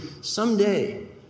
someday